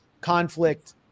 conflict